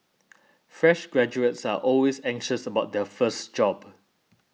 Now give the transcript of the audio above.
fresh graduates are always anxious about their first job